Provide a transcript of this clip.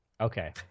Okay